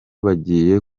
bagiye